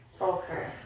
Okay